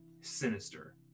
sinister